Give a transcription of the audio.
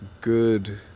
good